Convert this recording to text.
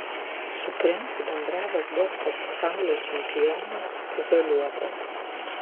su princu bendravęs bokso pasaulio čempionas izoliuotas